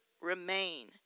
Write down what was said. remain